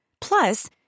Plus